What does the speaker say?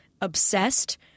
obsessed